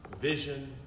vision